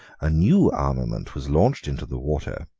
a new armament was launched into the water,